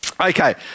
Okay